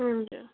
हजुर